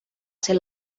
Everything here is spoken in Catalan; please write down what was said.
ser